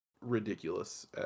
ridiculous